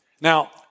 Now